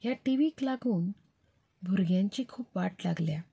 हे T V लागून भुरग्यांची खूब वाट लागल्या